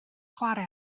chwarae